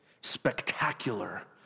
spectacular